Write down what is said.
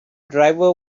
driver